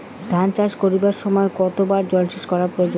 ধান চাষ করিবার সময় কতবার জলসেচ করা প্রয়োজন?